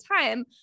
time